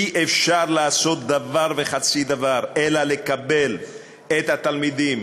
אי-אפשר לעשות דבר וחצי דבר אלא לקבל את התלמידים